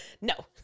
no